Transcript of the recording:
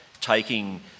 taking